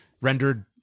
rendered